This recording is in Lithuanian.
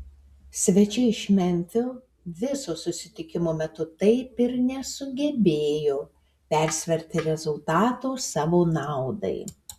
svečiai iš memfio viso susitikimo metu taip ir nesugebėjo persverti rezultato savo naudai